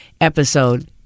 episode